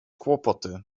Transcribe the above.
kłopoty